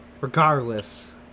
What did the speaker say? Regardless